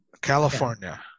California